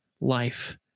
life